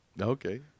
okay